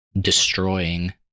destroying